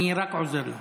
אני רק עוזר לו.